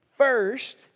first